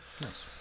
Nice